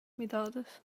midadas